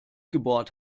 gebohrt